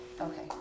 okay